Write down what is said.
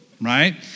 Right